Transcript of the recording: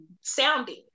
sounding